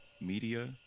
media